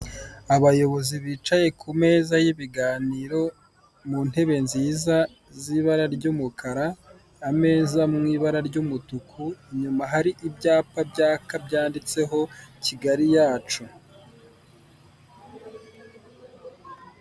Abayobozi bicaye ku meza y'ibiganiro, mu ntebe nziza z'ibara ry'umukara, ameza mu ibara ry'umutuku, inyuma hari ibyapa byaka byanditseho Kigali yacu.